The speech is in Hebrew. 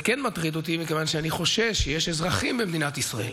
זה כן מטריד מכיוון שאני חושש שיש אזרחים במדינת ישראל,